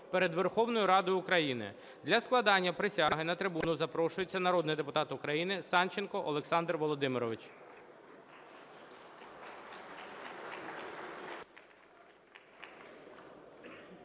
перед Верховною Радою України. Для складення присяги на трибуну запрошується народний депутат України Санченко Олександр Володимирович.